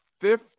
fifth